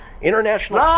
International